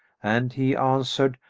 and he answered,